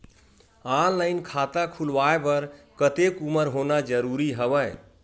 Online खाता खुलवाय बर कतेक उमर होना जरूरी हवय?